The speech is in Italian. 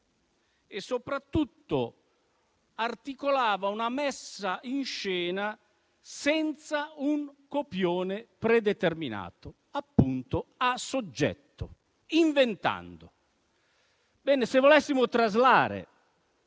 e soprattutto articolava una messa in scena senza un copione predeterminato, appunto a soggetto, inventando. Ebbene, se volessimo traslare